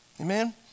amen